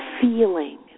feeling